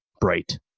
bright